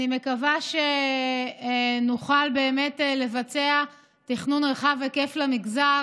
אני מקווה שנוכל באמת לבצע תכנון רחב היקף למגזר.